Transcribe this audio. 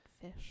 fish